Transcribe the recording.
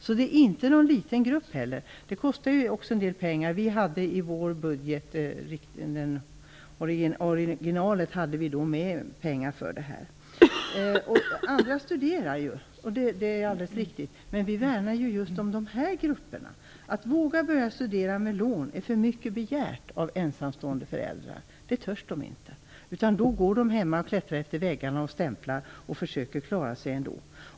Så det är inte någon liten grupp. Det kostar också en del pengar. Vi hade med pengar i vår originalbudget för det här. Andra studerar; det är alldeles riktigt. Men vi värnar just om de här grupperna. Det är för mycket begärt av ensamstående föräldrar att de skall våga börja studera med lån. Det törs de inte. I stället går de hemma, klättrar på väggarna, stämplar och försöker klara sig ändå.